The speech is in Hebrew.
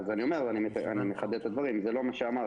אני מחדד את הדברים, זה לא מה שאמרתי.